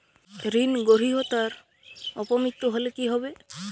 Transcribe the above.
ঋণ গ্রহীতার অপ মৃত্যু হলে কি হবে?